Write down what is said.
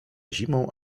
zimą